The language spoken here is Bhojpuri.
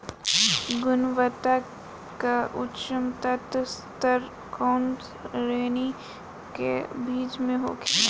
गुणवत्ता क उच्चतम स्तर कउना श्रेणी क बीज मे होला?